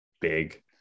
big